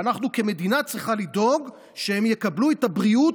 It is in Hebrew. והמדינה צריכה לדאוג שהם יקבלו את הבריאות